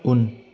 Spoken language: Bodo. उन